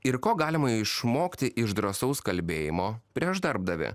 ir ko galima išmokti iš drąsaus kalbėjimo prieš darbdavį